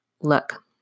Look